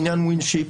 בעניין וינשיפ,